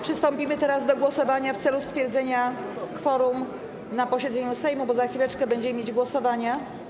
Przystąpimy teraz do głosowania w celu stwierdzenia kworum na posiedzeniu Sejmu, bo za chwileczkę będziemy mieć głosowania.